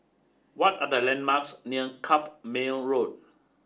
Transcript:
what are the landmarks near Carpmael Road